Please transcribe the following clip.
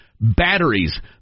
batteries